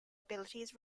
abilities